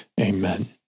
Amen